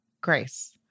Grace